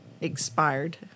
expired